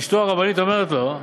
אשתו הרבנית אומרת לו: